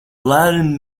latin